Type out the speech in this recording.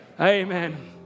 Amen